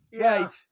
Right